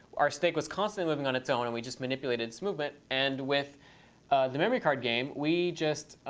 our snake was constantly moving on its own and we just manipulated its movement. and with the memory card game, we just